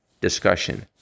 discussion